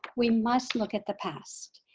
we must look at the past.